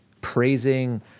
Praising